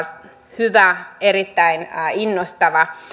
hyvä erittäin innostava